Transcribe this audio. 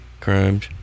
Crimes